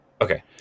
okay